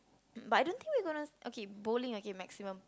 um but don't think we gonna okay bowling okay maximum